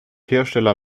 hersteller